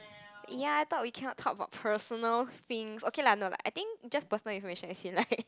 ya I thought we cannot talk about personal things okay lah no lah I think just personal information as in like